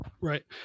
Right